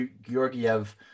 Georgiev